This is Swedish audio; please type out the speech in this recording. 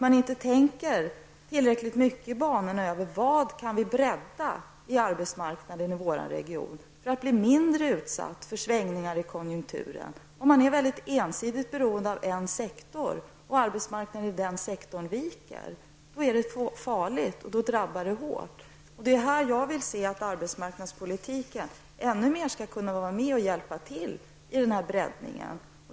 Man tänker inte tillräckligt på hur man skall kunna bredda arbetsmarknaden i regionen för att bli mindre känslig för svängningar i konjunkturen. Om man är väldigt ensidigt beroende av en sektor och arbetsmarknaden i den sektorn viker, är det farligt, och då drabbar det hårt. Jag vill att arbetsmarknadspolitiken i ännu högre grad skall kunna hjälpa till att åstadkomma denna breddning.